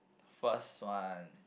first one